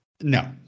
No